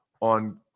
on